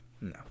No